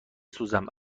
سوزم